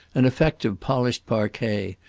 an effect of polished parquet,